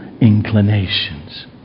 inclinations